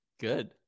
Good